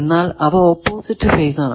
എന്നാൽ അവ opposite phase ആണ്